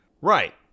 Right